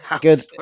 Good